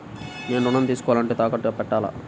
నేను ఋణం తీసుకోవాలంటే తాకట్టు పెట్టాలా?